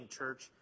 church